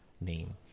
name